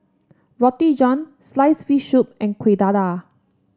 Roti John sliced fish soup and Kueh Dadar